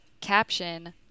caption